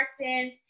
Martin